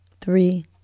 three